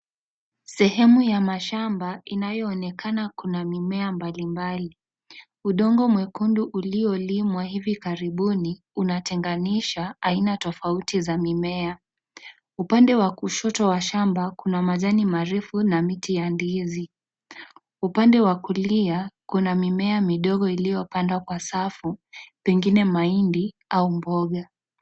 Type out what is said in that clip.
Sehemu ya mashamba inayoonekana kuna mimea mbalimbali. Udongo mwekundu uliolimwa hivi karibuni unatenganisha aina tofauti za mimea. Upande wa kushoto wa shamba kuna majani marefu na miti ya ndizi. Upande wa kulia kuna mimea midogo iliyopandwa kwa safu pengine mahindi au mboga.